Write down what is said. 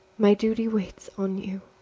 my duty waits on you.